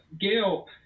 Gail